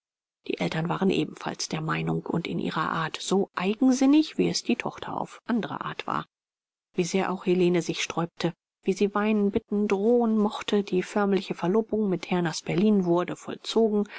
die eltern waren ebenfalls der meinung und in ihrer art so eigensinnig wie es die tochter auf andere art war wie sehr auch helene sich sträubte wie sie weinen bitten drohen mochte die förmliche verlobung mit herrn asperlin wurde vollzogen